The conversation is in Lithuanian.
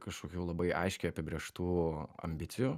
kažkokių labai aiškiai apibrėžtų ambicijų